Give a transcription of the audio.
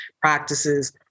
practices